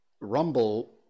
Rumble